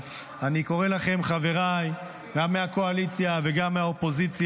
חבריי חברי הכנסת,